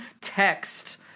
text